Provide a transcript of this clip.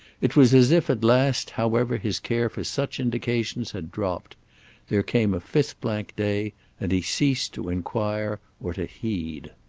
it was as if at last however his care for such indications had dropped there came a fifth blank day and he ceased to enquire or to heed.